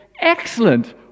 Excellent